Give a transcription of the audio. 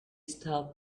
stop